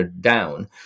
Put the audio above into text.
down